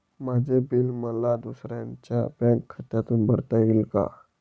माझे बिल मला दुसऱ्यांच्या बँक खात्यातून भरता येईल का?